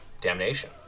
damnation